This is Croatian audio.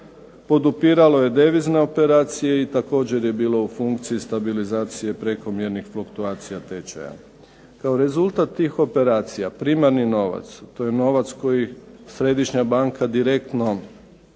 podupiralo je devizne operacije i također je bilo u funkciji stabilizacije prekomjernih fluktuacija tečaja. Kao rezultat tih operacija primarni novac, to je novac koji Središnja banka direktno